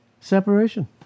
Separation